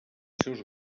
seus